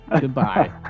Goodbye